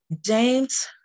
James